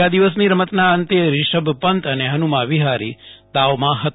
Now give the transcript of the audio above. બીજા દિવસની રમતના અંતે રિશભ પંત અને હનુ માન વિહારી દાવમાં હતા